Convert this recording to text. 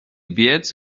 biec